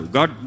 God